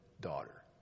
daughter